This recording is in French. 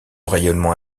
rayonnement